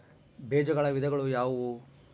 ಬೇಜಗಳ ವಿಧಗಳು ಯಾವುವು?